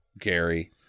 Gary